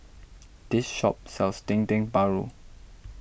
this shop sells Dendeng Paru